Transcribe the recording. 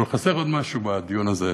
אבל חסר עוד משהו בדיון הזה,